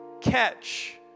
catch